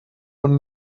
von